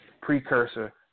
precursor